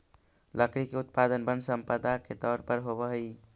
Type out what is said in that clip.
लकड़ी के उत्पादन वन सम्पदा के तौर पर होवऽ हई